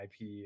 IP